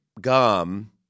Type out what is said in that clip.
Gum